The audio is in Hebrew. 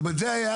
הבנתי, זה הפוך.